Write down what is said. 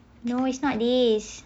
no it's not this